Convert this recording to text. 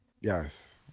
Yes